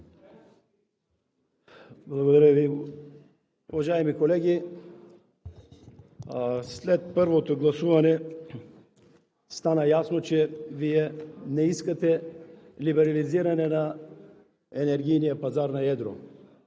Благодаря Ви. Уважаеми колеги, след първото гласуване стана ясно, че Вие не искате либерализиране на енергийния пазар на едро.